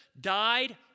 died